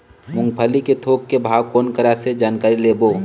मूंगफली के थोक के भाव कोन करा से जानकारी लेबो?